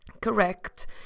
correct